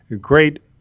great